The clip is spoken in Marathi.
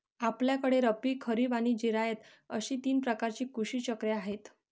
आपल्याकडे रब्बी, खरीब आणि जिरायत अशी तीन प्रकारची कृषी चक्रे आहेत